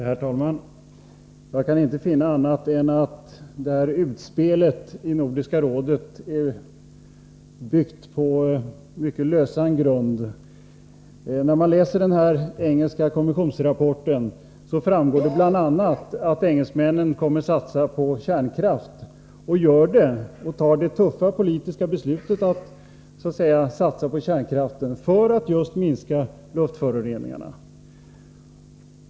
Herr talman! Jag kan inte finna annat än att det här utspelet i Nordiska rådet i högsta grad är byggt på lösan grund. När man läser den engelska konventionsrapporten framgår det bl.a. att engelsmännen kommer att satsa på kärnkraft, och att de tar det tuffa politiska beslutet att göra detta för att just minska luftföroreningarna.